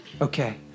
okay